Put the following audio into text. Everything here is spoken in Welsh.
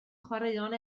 chwaraeon